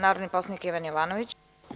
Narodni poslanik Ivan Jovanović.